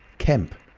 kemp!